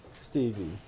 Stevie